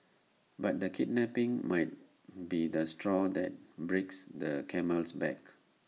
but the kidnapping might be the straw that breaks the camel's back